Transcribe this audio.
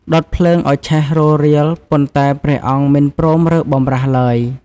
ដុតភ្លើងឲ្យឆេះរោលរាល ប៉ុន្តែព្រះអង្គមិនព្រមរើបម្រាស់ឡើយ។